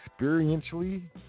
Experientially